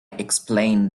explained